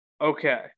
okay